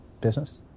business